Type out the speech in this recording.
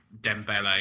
Dembele